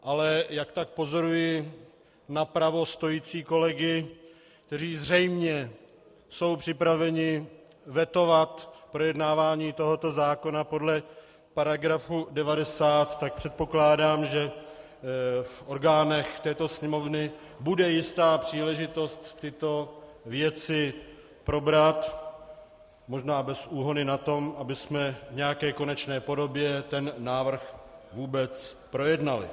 Ale jak tak pozoruji napravo stojící kolegy , kteří zřejmě jsou připraveni vetovat projednávání tohoto zákona podle § 90, předpokládám, že v orgánech této Sněmovny bude jistá příležitost tyto věci probrat, možná bez úhony na tom, abychom v nějaké konečné podobě ten návrh vůbec projednali.